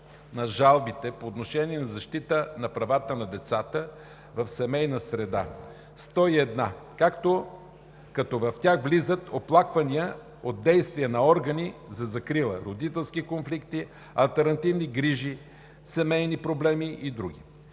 на жалбите по отношение на защитата на правата на децата в семейна среда – 101, като в тях влизат оплаквания от действия на органи за закрила, родителски конфликти, алтернативни грижи, семейни проблеми и други.